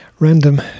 Random